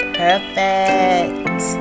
perfect